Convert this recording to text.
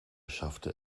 schaffte